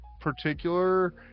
particular